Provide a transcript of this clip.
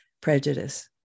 prejudice